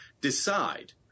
decide